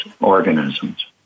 organisms